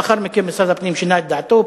לאחר מכן משרד הפנים שינה את דעתו,